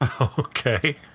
Okay